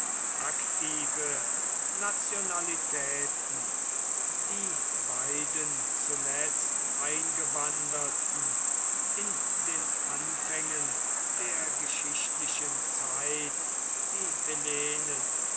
aktive nationalitäten die beiden zuletzt eingewanderten in den anfängen der geschichtlichen zeit die hellenen